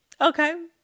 okay